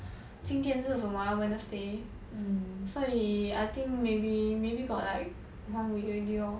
今天是什么 ah wednesday 所以 I think maybe maybe got like one week already lor